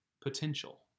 potential